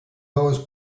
those